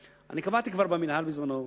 אני קבעתי כבר במינהל בזמנו,